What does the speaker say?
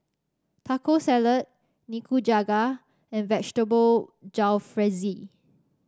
Taco Salad Nikujaga and Vegetable Jalfrezi